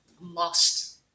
lost